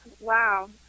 Wow